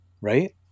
right